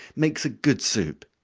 makes a good soup.